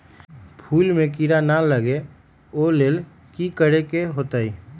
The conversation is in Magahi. फूल में किरा ना लगे ओ लेल कि करे के होतई?